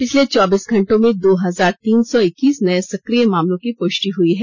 पिछले चौबीस घंटों में दो हजार तीन सौ इक्कीस नये सक्रिय मामलों की पुष्टि हई है